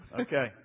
Okay